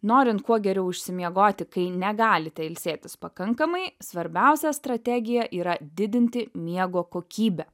norint kuo geriau išsimiegoti kai negalite ilsėtis pakankamai svarbiausia strategija yra didinti miego kokybę